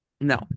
no